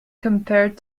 compared